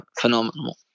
phenomenal